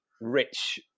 rich